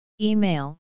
Email